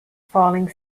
falling